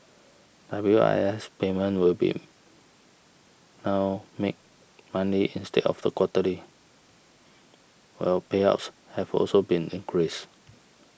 W I S payments will be now made Monday instead of the quarterly while payouts have also been increased